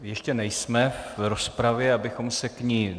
Ještě nejsme v rozpravě, abychom se k ní...